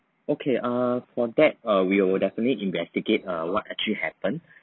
okay err for that err we will definitely investigate err what actually happened